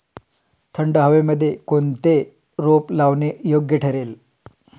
थंड हवेमध्ये कोणते रोप लावणे योग्य ठरेल?